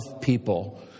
people